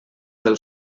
del